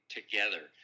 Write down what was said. together